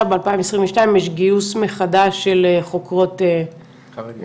ב-2022 יש גיוס מחדש של חוקרות חרדיות,